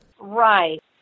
Right